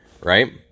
right